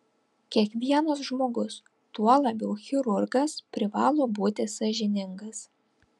kiekvienas žmogus tuo labiau chirurgas privalo būti sąžiningas